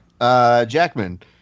Jackman